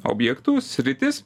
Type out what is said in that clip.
objektus sritis